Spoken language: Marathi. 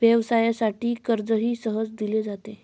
व्यवसायासाठी कर्जही सहज दिले जाते